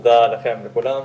תודה לכם לכולם.